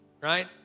right